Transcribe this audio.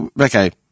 Okay